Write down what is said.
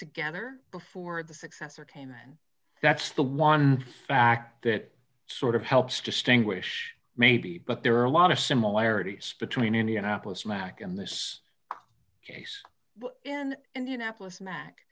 together before the successor came and that's the one fact that sort of helps distinguish maybe but there are a lot of similarities between indianapolis mack in this case in indianapolis mac